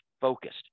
focused